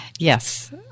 Yes